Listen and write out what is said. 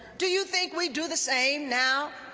do you think we do the same now?